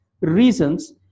reasons